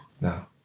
No